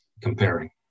comparing